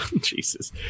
Jesus